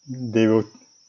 they will